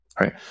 right